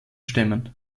stämmen